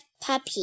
puppy